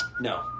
No